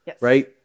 Right